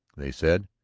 they said.